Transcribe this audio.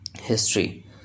history